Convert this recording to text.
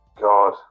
God